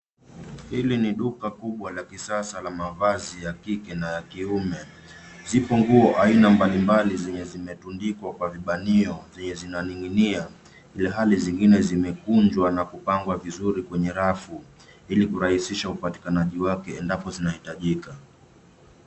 Hili ni duka kubwa la kisasa la mavazi ya kike na ya kiume. Zipo nguo aina mbalimbali zenye zimetundikwa kwa vibanio zenye zinaning'inia, ilhali zingine zimekunjwa na kupangwa vizuri kwenye rafu, ili kurahisisha upatikanaji wake endapo zinahitajika.